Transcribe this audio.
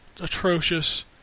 atrocious